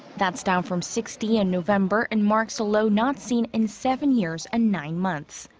that's down from sixty in november and marks a low not seen in seven years and nine months.